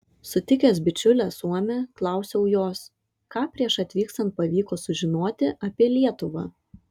sutikęs bičiulę suomę klausiau jos ką prieš atvykstant pavyko sužinoti apie lietuvą